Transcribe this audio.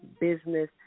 business